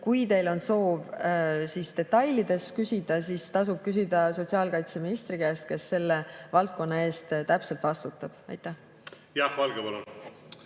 Kui teil on soov detailselt küsida, siis tasub küsida sotsiaalkaitseministri käest, kes selle valdkonna eest täpselt vastutab. Aitäh! Veel